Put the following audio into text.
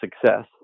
success